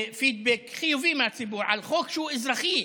ופידבק חיובי מהציבור על חוק שהוא אזרחי,